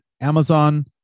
Amazon